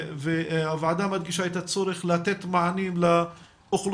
הוועדה מדגישה את הצורך לתת מענים לאוכלוסיות